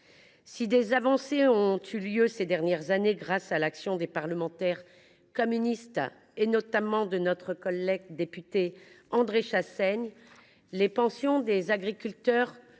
Si des avancées ont eu lieu, ces dernières années, grâce à l’action des parlementaires communistes, notamment notre collègue député André Chassaigne, les pensions des agriculteurs